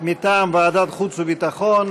מטעם ועדת החוץ והביטחון.